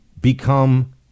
become